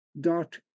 dot